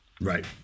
Right